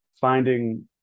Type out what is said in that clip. finding